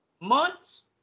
Months